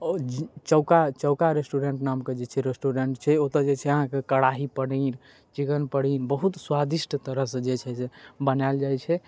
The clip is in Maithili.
ओ चौका चौका रेस्टोरेन्ट नामके जे छै रेस्टोरेन्ट छै ओतऽ जे छै से अहाँके कड़ाही पनीर चिकन पनीर बहुत स्वादिष्ट तरहसँ जे छै से बनाएल जाइ छै